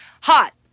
Hot